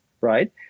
right